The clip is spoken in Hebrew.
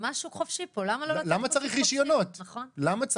משהו חופשי פה --- למה צריך רישיונות בכלל?